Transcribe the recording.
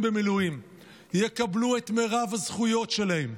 במילואים יקבלו את מרב הזכויות שלהם,